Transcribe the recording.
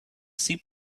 ship